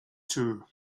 too